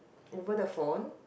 over the phone